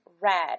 red